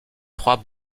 trois